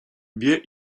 wie